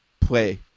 play